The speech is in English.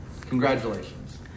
Congratulations